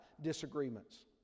disagreements